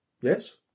Yes